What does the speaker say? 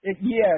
yes